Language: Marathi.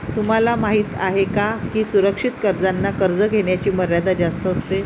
तुम्हाला माहिती आहे का की सुरक्षित कर्जांना कर्ज घेण्याची मर्यादा जास्त असते